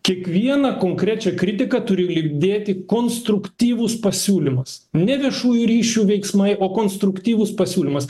kiekvieną konkrečią kritiką turi lydėti konstruktyvus pasiūlymas ne viešųjų ryšių veiksmai o konstruktyvus pasiūlymas